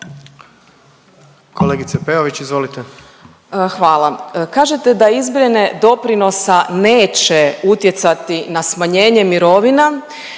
izvolite. **Peović, Katarina (RF)** Hvala. Kažete da izmjene doprinosa neće utjecati na smanjenje mirovina